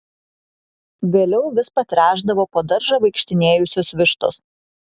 vėliau vis patręšdavo po daržą vaikštinėjusios vištos